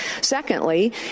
Secondly